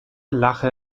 lache